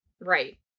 Right